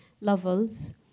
levels